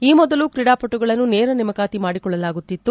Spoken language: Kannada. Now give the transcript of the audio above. ಈ ಮೊದಲು ಕ್ರೀಡಾಪಟುಗಳನ್ನು ನೇರ ನೇಮಕಾತಿ ಮಾಡಿಕೊಳ್ಳಲಾಗುತ್ತಿತ್ತು